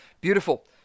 Beautiful